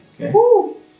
Okay